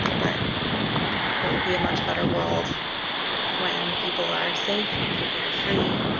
but it will be a much better world when people are safe, when people are free,